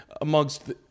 amongst –